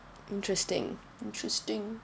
interesting interesting